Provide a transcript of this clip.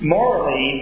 Morally